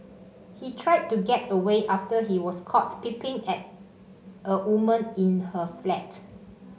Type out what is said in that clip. he tried to get away after he was caught peeping at a woman in her flat